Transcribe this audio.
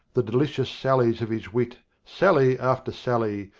the delicious sallies of his wit, sally after sally,